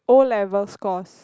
O-level scores